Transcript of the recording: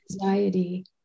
anxiety